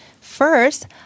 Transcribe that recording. First